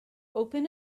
open